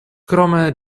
krome